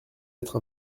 être